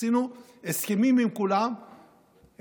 עשינו הסכמים עם כולם,